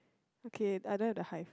okay other the hive